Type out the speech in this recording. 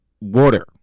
water